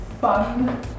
fun